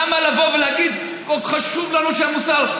למה לבוא ולהגיד: חשוב לנו המוסר?